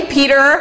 Peter